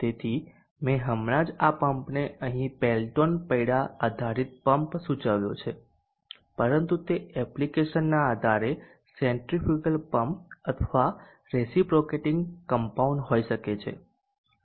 તેથી મેં હમણાં જ આ પંપને અહીં પેલ્ટોન પૈડા આધારિત પંપ સૂચવ્યો છે પરંતુ તે એપ્લિકેશનના આધારે સેન્ટ્રિફ્યુગલ પંપ અથવા રેસીપ્રોકેટિંગ કમ્પાઉન્ડ હોઈ શકે છે